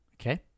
Okay